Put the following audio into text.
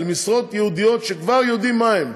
במשרות ייעודיות שכבר יודעים מהן,